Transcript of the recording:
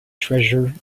treasure